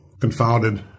confounded